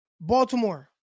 Baltimore